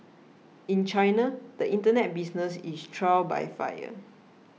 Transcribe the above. in China the Internet business is trial by fire